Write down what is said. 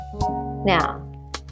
Now